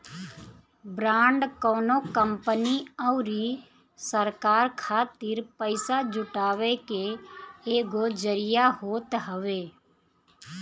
bond कवनो company अउरी सरकार खातिर पईसा जुटाए के एगो जरिया होत हवे